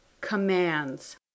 commands